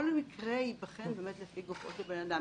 מקרה ייבחן לפי גופו של בן אדם.